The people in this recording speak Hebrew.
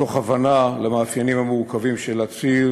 מתוך הבנה למאפיינים המורכבים של הציר,